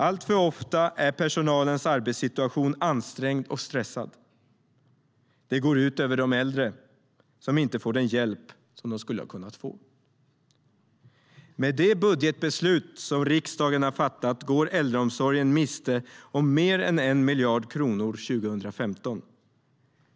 Alltför ofta är personalens arbetssituation ansträngd och stressad. Det går ut över de äldre, som inte får den hjälp de hade kunnat få. Med det budgetbeslut som riksdagen har fattat går äldreomsorgen miste om mer än 1 miljard kronor 2015.